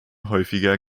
häufiger